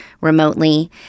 remotely